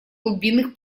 глубинных